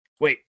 wait